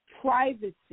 privacy